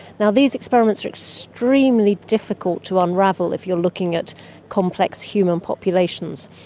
and these experiments are extremely difficult to unravel if you are looking at complex human populations,